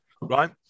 right